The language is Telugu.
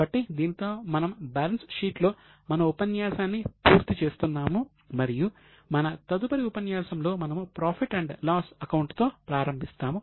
కాబట్టి దీనితో మనము బ్యాలెన్స్ షీట్లో మన ఉపన్యాసాన్ని పూర్తి చేస్తున్నాము మరియు మన తదుపరి ఉపన్యాసంలో మనము ప్రాఫిట్ అండ్ లాస్ అకౌంట్ తో ప్రారంభిస్తాము